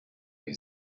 them